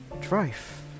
drive